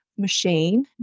machine